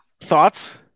Thoughts